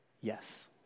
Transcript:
yes